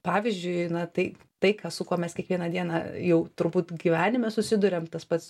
pavyzdžiui na tai tai ką su kuo mes kiekvieną dieną jau turbūt gyvenime susiduriam tas pats